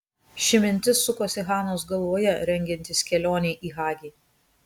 ši mintis sukosi hanos galvoje rengiantis kelionei į hagi